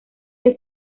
que